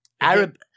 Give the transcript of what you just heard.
Arab